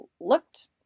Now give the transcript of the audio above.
looked